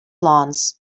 lawns